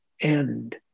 end